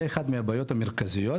זה אחת מהבעיות המרכזיות.